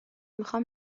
میخوام